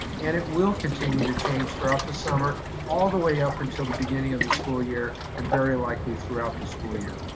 and it will continue to change throughout the summer all the way up until the beginning of the school year and very likely throughout the school year.